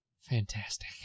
Fantastic